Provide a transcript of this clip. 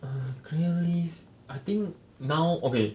err clear leave I think now okay